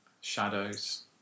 shadows